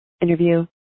interview